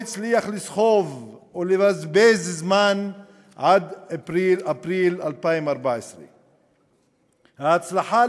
הצליח לסחוב ולבזבז זמן עד אפריל 2014. ההצלחה,